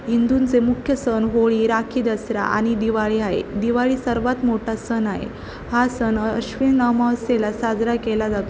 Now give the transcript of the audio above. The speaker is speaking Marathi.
हिंदूंचे मुख्य सण होळी राखी दसरा आणि दिवाळी आहे दिवाळी सर्वात मोठा सण आहे हा सण आश्विन अमावस्येला साजरा केला जातो